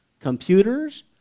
computers